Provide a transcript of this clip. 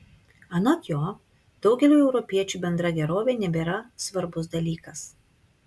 anot jo daugeliui europiečių bendra gerovė nebėra svarbus dalykas